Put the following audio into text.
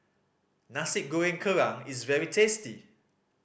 Nasi Goreng Kerang is very tasty